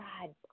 God